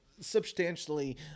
substantially